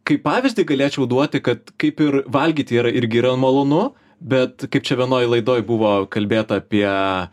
kaip pavyzdį galėčiau duoti kad kaip ir valgyti yra irgi yra malonu bet kaip čia vienoj laidoj buvo kalbėta apie